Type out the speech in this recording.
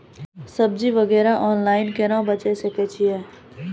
सब्जी वगैरह ऑनलाइन केना बेचे सकय छियै?